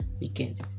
weekend